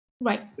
Right